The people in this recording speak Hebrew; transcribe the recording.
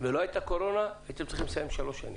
ולא הייתה קורונה, הייתם צריכים לסיים בשלוש שנים.